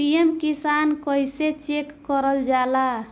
PM Kisan कइसे check करल जाला?